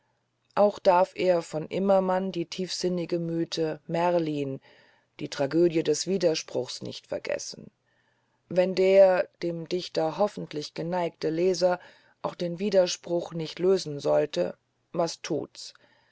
auch darf er von immermann die tiefsinnige mythe merlin die tragödie des widerspruchs nicht vergessen wenn der dem dichter hoffentlich geneigte leser auch den widerspruch nicht lösen sollte was tut's